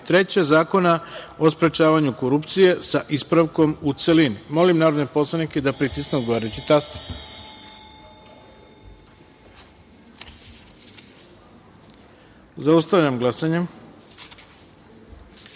3) Zakona o sprečavanju korupcije, sa ispravkom u celini. Molim narodne poslanike da pritisnu odgovarajući taster. Zaustavljam glasanje: